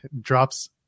drops